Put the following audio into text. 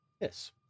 yes